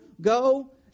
go